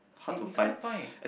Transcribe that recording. you you can't find